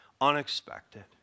unexpected